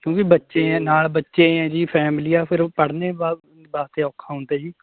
ਕਿਉਂਕਿ ਬੱਚੇ ਆ ਨਾਲ਼ ਬੱਚੇ ਹੈ ਜੀ ਫੈਮਲੀ ਆ ਫਿਰ ਉਹ ਪੜ੍ਹਨ ਵਾਸ ਵਾਸਤੇ ਔਖਾ ਹੁੰਦਾ ਜੀ